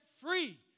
free